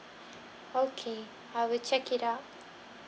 okay I will check it out